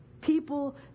People